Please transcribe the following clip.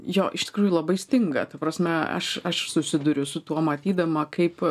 jo iš tikrųjų labai stinga ta prasme aš aš susiduriu su tuo matydama kaip